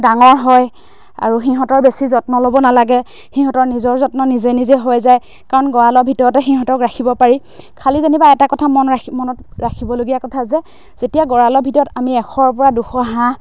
ডাঙৰ হয় আৰু সিহঁতৰ বেছি যত্ন ল'ব নালাগে সিহঁতৰ নিজৰ যত্ন নিজে নিজে হৈ যায় কাৰণ গঁৰালৰ ভিতৰতে সিহঁতক ৰাখিব পাৰি খালী যেনিবা এটা কথা মন ৰাখি মনত ৰাখিবলগীয়া কথা যে যেতিয়া গঁৰালৰ ভিতৰত আমি এশৰ পৰা দুশ হাঁহ